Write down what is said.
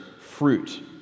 fruit